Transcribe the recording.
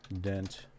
Dent